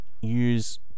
use